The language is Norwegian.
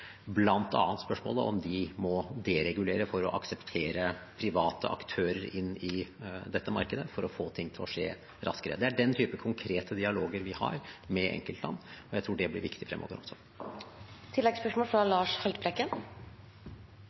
spørsmålet om de må deregulere for å akseptere private aktører inn i dette markedet for å få ting til å skje raskere. Det er den type konkrete dialoger vi har med enkeltland, og jeg tror det blir viktig fremover også. Lars Haltbrekken